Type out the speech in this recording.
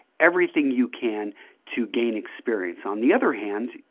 everything you can to gain experience. on the other hand,